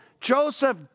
Joseph